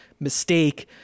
Mistake